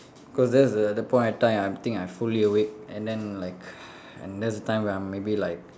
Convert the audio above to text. cause that's the the point of time I think I'm fully awake and then like and that's the time where I'm maybe like